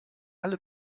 alle